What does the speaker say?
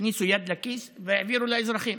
הכניסו יד לכיס והעבירו לאזרחים.